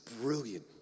brilliant